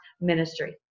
ministry